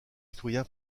citoyen